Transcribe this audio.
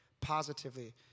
positively